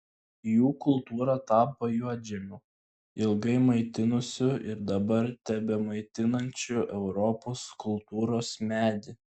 jų kultūra tapo juodžemiu ilgai maitinusiu ir dabar tebemaitinančiu europos kultūros medį